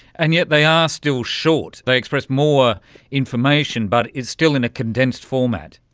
and yet they are still short, they express more information but it's still in a condensed format.